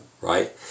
right